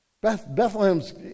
Bethlehem's